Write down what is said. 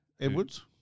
Edwards